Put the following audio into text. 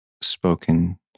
spoken